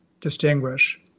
distinguish